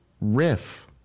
Riff